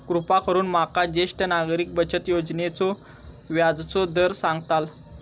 कृपा करून माका ज्येष्ठ नागरिक बचत योजनेचो व्याजचो दर सांगताल